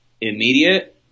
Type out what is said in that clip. immediate